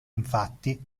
infatti